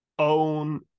own